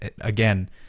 again